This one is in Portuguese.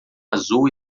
azul